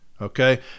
okay